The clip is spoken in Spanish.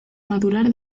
madurar